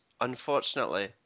unfortunately